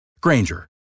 Granger